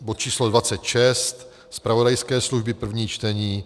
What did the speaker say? bod číslo 26, zpravodajské služby, první čtení,